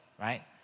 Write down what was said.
right